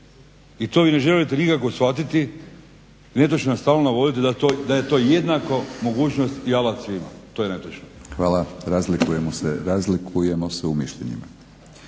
i to vi ne želite nikako shvatiti. Netočno je stalno govoriti da je to jednaka mogućnost i alat svima. To je netočno. **Batinić, Milorad (HNS)** Hvala. Razlikujemo se u mišljenjima.